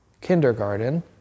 kindergarten